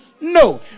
No